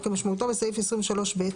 בסעיף קטן (א)(12ב),